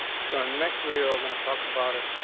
so next we're gonna talk about it,